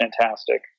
fantastic